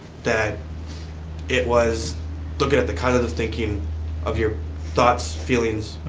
that it was looking at the cognitive thinking of your thoughts, feelings,